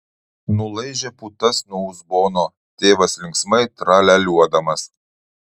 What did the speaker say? nulaižė putas nuo uzbono tėvas linksmai tralialiuodamas